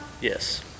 Yes